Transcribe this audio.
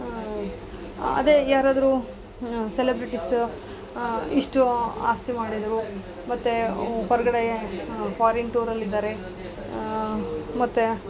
ಅದೆ ಯಾರಾದರು ಸೆಲೆಬ್ರಿಟೀಸು ಇಷ್ಟು ಆಸ್ತಿ ಮಾಡಿದರು ಮತ್ತೆ ಹೊರಗಡೆ ಫಾರಿನ್ ಟೂರಲ್ಲಿ ಇದ್ದಾರೆ ಮತ್ತೆ